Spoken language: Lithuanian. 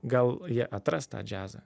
gal jie atras tą džiazą